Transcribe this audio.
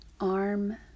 arm